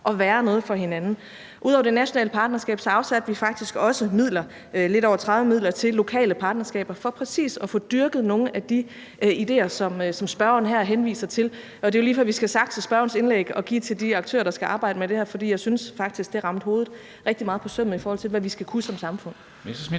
at være noget for hinanden. Ud over det nationale partnerskab afsatte vi faktisk også midler til lokale partnerskaber for præcis at få dyrket nogle af de idéer, som spørgeren her henviser til. Det er lige før, vi skal sakse spørgerens indlæg og give til de aktører, der skal arbejde med det her, for jeg synes faktisk, at det ramte hovedet rigtig meget på sømmet, i forhold til hvad vi skal kunne som samfund.